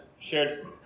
shared